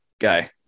guy